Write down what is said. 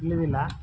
ತಿಳಿದಿಲ್ಲ